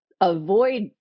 avoid